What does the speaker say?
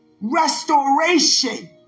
Restoration